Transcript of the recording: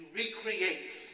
recreates